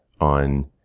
on